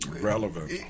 Relevant